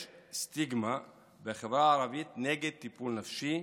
יש סטיגמה בחברה הערבית נגד טיפול נפשי,